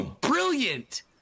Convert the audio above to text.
brilliant